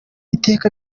iteka